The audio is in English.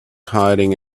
hiding